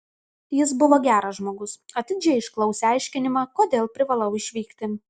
jis buvo geras žmogus atidžiai išklausė aiškinimą kodėl privalau išvykti